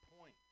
point